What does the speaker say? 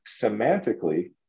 semantically